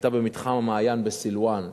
היתה במתחם המעיין בסילואן,